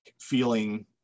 feeling